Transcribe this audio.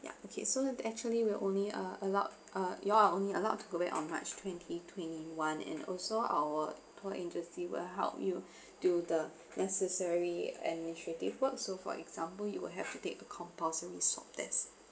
ya okay so that actually we only uh allowed uh you are only allowed to go back on march twenty twenty one and also our tour agency will help you do the necessary administrative work so for example you will have to take a compulsory swab test